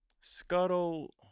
Scuttle